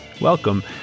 welcome